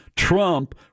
trump